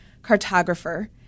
cartographer